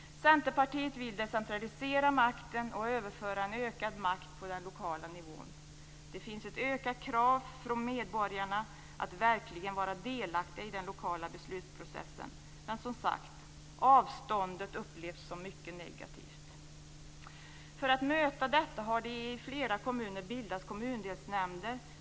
Centerpartiet vill decentralisera makten och överföra en ökad makt på den lokala nivån. Kravet ökar från medborgarna att verkligen vara delaktiga i den lokala beslutsprocessen men, som sagt, avståndet upplevs som mycket negativt. För att möta detta har det i flera kommuner bildats kommundelsnämnder.